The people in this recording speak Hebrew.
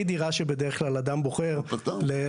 היא בדרך כלל דירה שאדם בוחר לשנמך,